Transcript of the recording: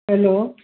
hello